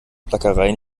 plackerei